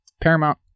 Paramount